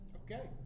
okay